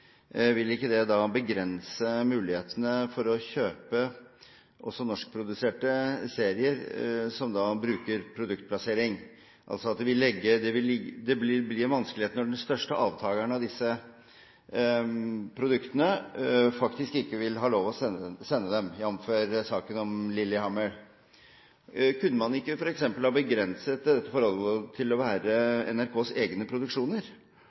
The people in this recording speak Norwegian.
vil ikke det begrense mulighetene for å kjøpe også norskproduserte serier som bruker produktplassering? Det vil bli vanskeligheter når den største avtakeren av disse produktene faktisk ikke vil ha lov å sende dem, jf. saken om «Lilyhammer». Kunne man ikke f.eks. ha begrenset dette forholdet til å gjelde NRKs egne produksjoner?